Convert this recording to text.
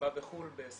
במסיבה בחו"ל ב-